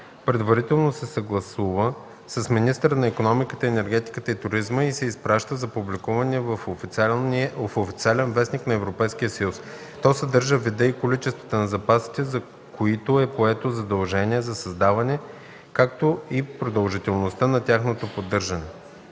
предварително се съгласува с министъра на икономиката, енергетиката и туризма и се изпраща за публикуване в „Официален вестник” на Европейския съюз. То съдържа вида и количествата на запасите, за които е поето задължение за създаване, както и продължителността на тяхното поддържане.”